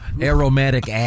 aromatic